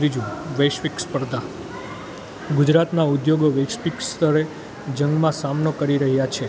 ત્રીજું વૈશ્વિક સ્પર્ધા ગુજરાતનાં ઉદ્યોગો વૈશ્વિક સ્તરે જંગમાં સામનો કરી રહ્યાં છે